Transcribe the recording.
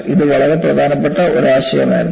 ഇത് വളരെ പ്രധാനപ്പെട്ട ഒരു ആശയമായിരുന്നു